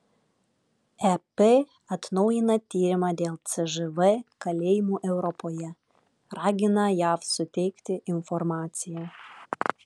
ep atnaujina tyrimą dėl cžv kalėjimų europoje ragina jav suteikti informaciją